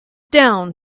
down